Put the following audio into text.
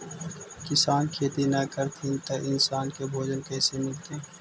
किसान खेती न करथिन त इन्सान के भोजन कइसे मिलतइ?